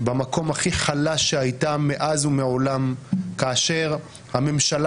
במקום הכי חלש שהייתה מאז ומעולם כאשר הממשלה